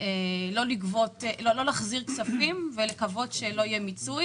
לא להחזיר כספים ולקוות שלא יהיה מיצוי